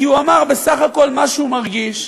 כי הוא אמר בסך הכול מה שהוא מרגיש,